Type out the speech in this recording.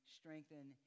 strengthen